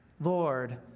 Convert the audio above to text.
Lord